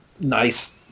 nice